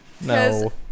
No